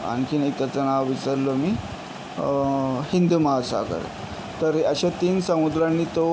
आणखीन एक त्याचं नाव विसरलो मी हिंद महासागर तर हे असे तीन समुद्रानी तो